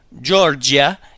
Georgia